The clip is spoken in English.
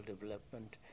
Development